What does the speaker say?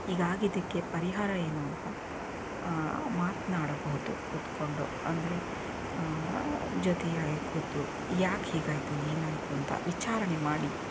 ಹೀಗೆ ಆಗಿದ್ದಕ್ಕೆ ಪರಿಹಾರ ಏನು ಅಂತ ಮಾತನಾಡಬಹುದು ಕೂತ್ಕೊಂಡು ಅಂದರೆ ಜೊತೆಯಾಗಿ ಕೂತು ಯಾಕೆ ಹೀಗಾಯಿತು ಏನಾಯಿತು ಅಂತ ವಿಚಾರಣೆ ಮಾಡಿ